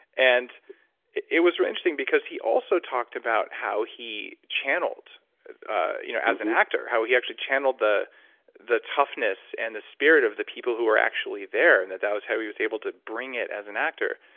and it it was interesting because he also talked about how he channeled ah you know as an actor, how he actually channeled the the toughness and the spirit of the people who were actually there, and that that was how he was able to bring it as an actor.